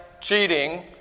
cheating